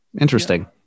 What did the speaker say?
Interesting